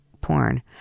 porn